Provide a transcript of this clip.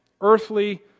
earthly